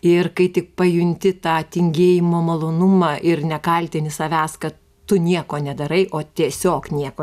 ir kai tik pajunti tą tingėjimo malonumą ir nekaltini savęs kad tu nieko nedarai o tiesiog nieko